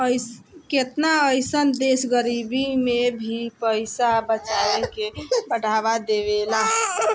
केतना अइसन देश गरीबी में भी पइसा बचावे के बढ़ावा देवेला